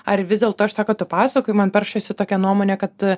ar vis dėlto iš to ką tu pasakoji man peršasi tokia nuomonė kad